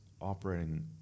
operating